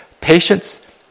Patience